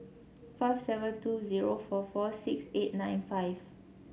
five seven two zero four four six eight nine five